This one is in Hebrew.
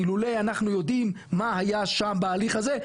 אילולא אנחנו יודעים מה היה שם בהליך הזה,